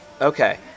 okay